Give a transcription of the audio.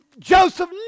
joseph